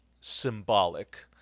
symbolic